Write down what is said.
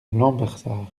lambersart